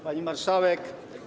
Pani Marszałek!